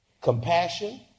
Compassion